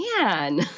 man